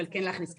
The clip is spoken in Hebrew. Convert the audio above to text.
אבל כן להכניס כסף,